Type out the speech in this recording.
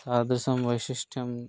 तादृशं वैशिष्ट्यम्